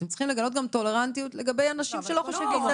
אתם צריכים לגלות גם טולרנטיות לגבי אנשים שלא חושבים כמוכם.